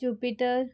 jupiter